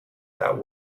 that